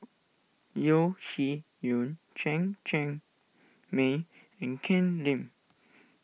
Yeo Shih Yun Chen Cheng Mei and Ken Lim